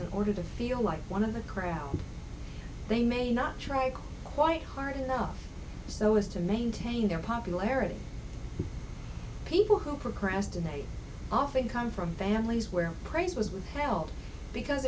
in order to feel like one of the crowd they may not try to quiet hard enough so as to maintain their popularity people who procrastinate often come from families where praise was helped because